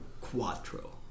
quattro